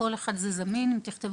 זה זמין לכולם,